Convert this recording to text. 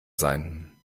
sein